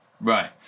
Right